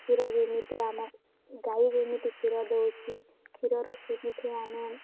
କ୍ଷୀର ଯେମିତି ଆମ ଗାଈ ଯେମିତି କ୍ଷୀର ଦେଉଛି କ୍ଷୀରରୁ ସେମିତି ଆମେ